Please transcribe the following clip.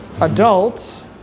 Adults